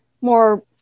more